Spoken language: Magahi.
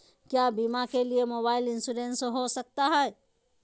क्या बीमा के लिए मोबाइल इंश्योरेंस हो सकता है?